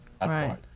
right